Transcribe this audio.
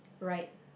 right